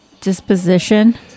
disposition